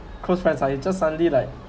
close friend but he just suddenly like